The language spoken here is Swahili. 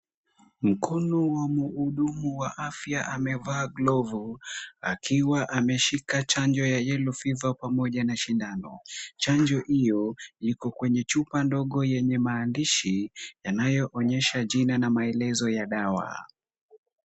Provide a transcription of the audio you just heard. Mkono wa mhudumu wa afya umevaa glavu akiwa ameshika chanjo ya yellow fever pamoja na sindano, chanjo hiyo iko kwenye chupa ndogo yenye maandishi yanayoosha jina na maelezo ya dawa.